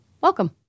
Welcome